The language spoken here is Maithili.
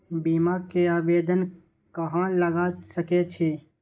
बीमा के आवेदन कहाँ लगा सके छी?